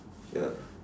ya